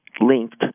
linked